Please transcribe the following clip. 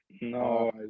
No